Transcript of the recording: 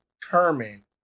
determine